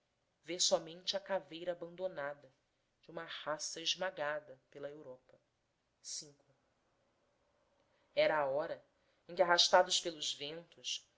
vê somente a caveira abandonada de uma raça esmagada pela europa era a hora em que arrastados pelos ventos